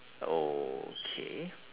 okay